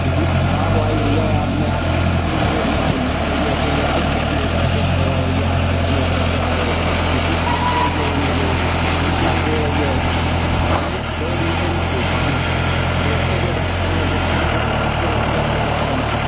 کتنا خراب آئل دیا ہے آپ نے آپ کی بھابھی مجھے اتنا چلا رہی ہے کہ یہ آپ کیا لے کر کے آئے ہو یہ آپ کیا لے کر کے آئے ہو اتنا مار رہی ہے وہ مجھے کھانا نہیں دے رہی ہے آئیں دو دن سے میں بھوکا ہوں دوستوں کے گھر پر رو جا کر کے پھوکٹ کی روٹیاں توڑ رہا ہوں میں